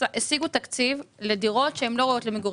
השיגו תקציב לדירות שאינן ראויות למגורים,